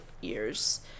years